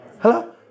Hello